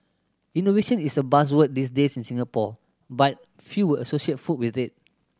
innovation is a buzzword these days in Singapore but few would associate food with it